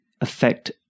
affect